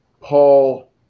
Paul